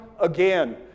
again